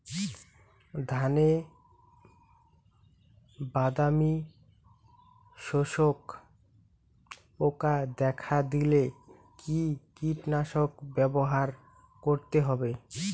ধানে বাদামি শোষক পোকা দেখা দিলে কি কীটনাশক ব্যবহার করতে হবে?